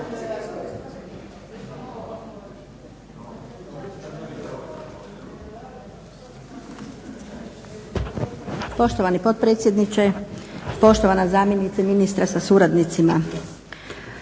Poštovani potpredsjedniče, poštovana zamjenice ministra sa suradnicima.